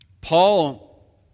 Paul